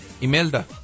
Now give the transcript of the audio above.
Imelda